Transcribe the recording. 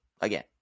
again